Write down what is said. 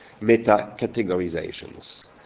meta-categorizations